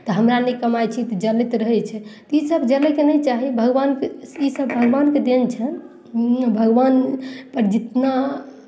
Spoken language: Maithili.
तऽ हमरा नहि कमाइ छी तऽ जलैत रहै छै इसभ जलयके नहि चाही भगवान ई तऽ भगवानके देन छनि भगवानपर जितना